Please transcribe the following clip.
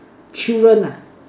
children ah